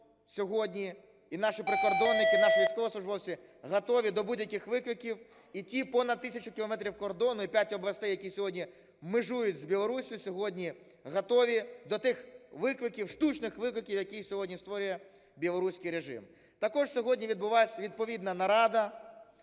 сьогодні, і наші прикордонники, і наші військовослужбовці готові до будь-яких викликів. І ті понад тисячу кілометрів кордону і п'ять областей, які сьогодні межують з Білоруссю, сьогодні готові до тих викликів, штучних викликів, які сьогодні створює білоруський режим. Також сьогодні відбулась відповідна нарада